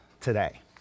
today